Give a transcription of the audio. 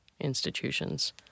institutions